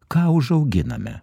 ką užauginame